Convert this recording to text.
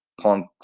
Punk